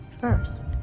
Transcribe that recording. First